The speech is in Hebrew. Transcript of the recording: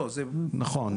נכון,